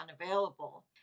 unavailable